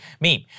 meme